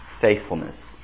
faithfulness